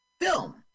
film